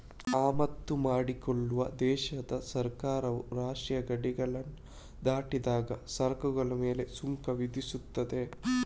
ಆಮದು ಮಾಡಿಕೊಳ್ಳುವ ದೇಶದ ಸರ್ಕಾರವು ರಾಷ್ಟ್ರೀಯ ಗಡಿಗಳನ್ನ ದಾಟಿದಾಗ ಸರಕುಗಳ ಮೇಲೆ ಸುಂಕ ವಿಧಿಸ್ತದೆ